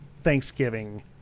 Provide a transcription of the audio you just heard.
thanksgiving